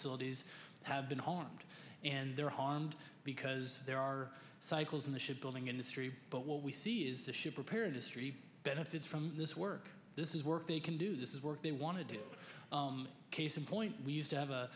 facilities have been harmed and there harmed because there are cycles in the ship building industry but what we see is that ship repair and history benefits from this work this is work they can do this is work they want to do case in point we used to have a